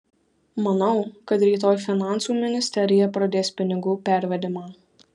manau kad rytoj finansų ministerija pradės pinigų pervedimą